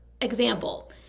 example